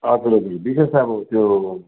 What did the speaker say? हजुर हजुर विशेष चाहिँ अब त्यो